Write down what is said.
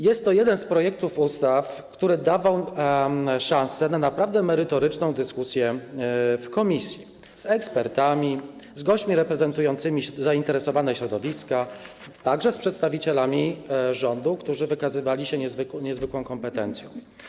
Jest to jeden z projektów ustaw, który dawał szansę na naprawdę merytoryczną dyskusję w komisji, z ekspertami, z gośćmi reprezentującymi zainteresowane środowiska, także z przedstawicielami rządu, którzy wykazywali się niezwykłą kompetencją.